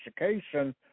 education